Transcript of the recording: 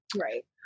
Right